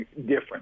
different